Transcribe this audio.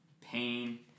pain